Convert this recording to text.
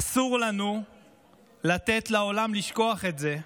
אסור לנו לתת לעולם לשכוח את זה,